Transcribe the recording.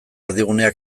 erdigunea